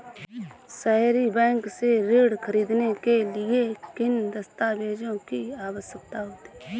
सहरी बैंक से ऋण ख़रीदने के लिए किन दस्तावेजों की आवश्यकता होती है?